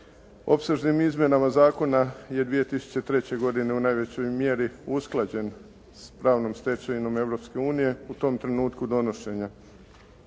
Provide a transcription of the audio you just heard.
Opsežnim izmjenama zakona je 2003. godine u najvećoj mjeri usklađen s pravnom stečevinom Europske unije u tom trenutku donošenja.